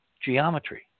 geometry